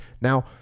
Now